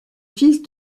fils